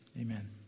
amen